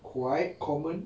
quite common